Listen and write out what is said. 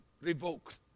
revoked